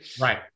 Right